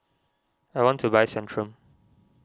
I want to buy Centrum